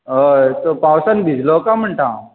हय सो पावसान भिजलो काय म्हणटा हांव